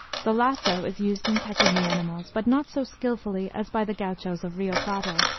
the lasso is used in catching the animals, but not so skillfully as by the gauchos of rio plata.